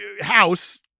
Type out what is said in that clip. house